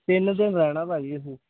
ਤਿੰਨ ਦਿਨ ਰਹਿਣਾ ਭਾਜੀ ਅਸੀਂ